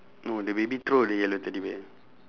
no the baby throw the yellow teddy bear